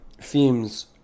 themes